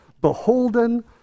beholden